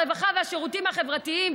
הרווחה והשירותים החברתיים,